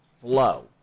flow